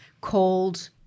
called